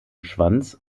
schwanz